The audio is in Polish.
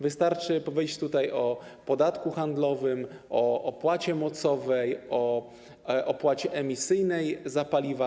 Wystarczy tutaj powiedzieć o podatku handlowym, o opłacie mocowej, o opłacie emisyjnej za paliwa.